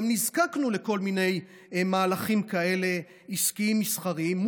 גם נזקקנו לכל מיני מהלכים עסקיים-מסחריים כאלה